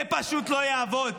זה פשוט לא יעבוד.